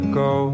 go